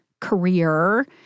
career